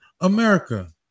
America